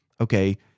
okay